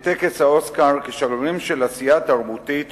בטקס האוסקר כשגרירים של עשייה תרבותית חופשית.